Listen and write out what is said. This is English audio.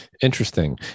Interesting